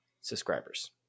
subscribers